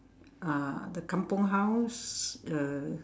ah the kampung house uh